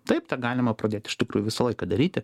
taip tą galima pradėt iš tikrųjų visą laiką daryti